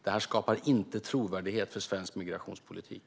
Det här skapar inte trovärdighet för svensk migrationspolitik.